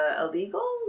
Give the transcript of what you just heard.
illegal